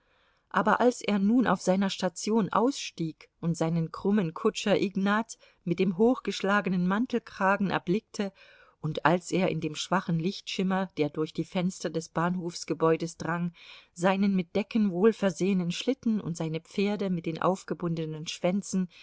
aber als er nun auf seiner station ausstieg und seinen krummen kutscher ignat mit dem hochgeschlagenen mantelkragen erblickte und als er in dem schwachen lichtschimmer der durch die fenster des bahnhofsgebäudes drang seinen mit decken wohlversehenen schlitten und seine pferde mit den aufgebundenen schwänzen